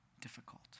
difficult